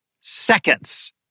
seconds